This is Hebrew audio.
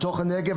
בתוך הנגב,